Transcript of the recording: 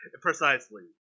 Precisely